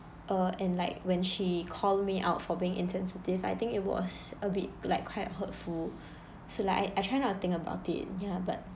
uh and like when she call me out for being insensitive I think it was a bit like quite hurtful so like I I try not to think about it ya but